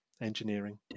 engineering